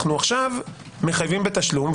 אנו עכשיו מחייבים בתשלום,